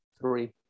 three